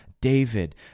David